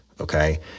okay